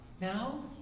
Now